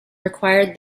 required